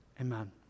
Amen